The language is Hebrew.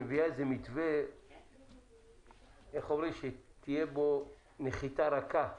מביאה איזשהו מתווה שתהיה בו נחיתה רכה.